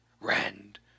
Rand